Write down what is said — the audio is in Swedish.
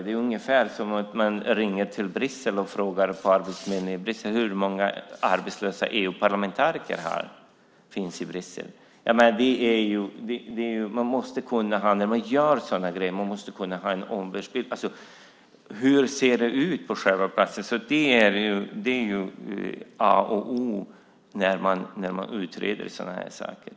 Det är ungefär som att ringa till arbetsförmedlingen i Bryssel och fråga hur många arbetslösa EU-parlamentariker det finns i Bryssel. När man gör sådana här grejer måste man kunna ha en omvärldsbild. Hur ser det ut på själva platsen? Det är A och O när man utreder sådana här saker.